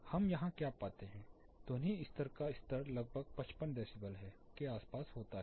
हम यहाँ क्या पाते हैं ध्वनि दबाव का स्तर लगभग 55 डेसीबल के आसपास होता है